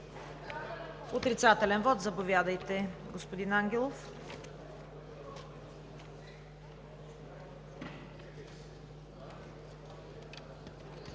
Отрицателен вот – заповядайте, господин Ангелов.